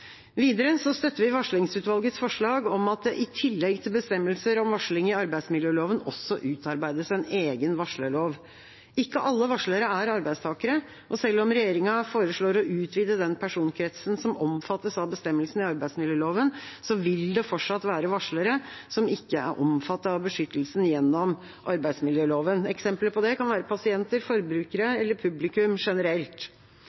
Videre støtter vi varslingsutvalgets forslag om at det i tillegg til bestemmelser om varsling i arbeidsmiljøloven også utarbeides en egen varslerlov. Ikke alle varslere er arbeidstakere, og selv om regjeringa foreslår å utvide den personkretsen som omfattes av bestemmelsene i arbeidsmiljøloven, vil det fortsatt være varslere som ikke er omfattet av beskyttelsen gjennom arbeidsmiljøloven. Eksempler på det kan være pasienter, forbrukere